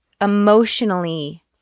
emotionally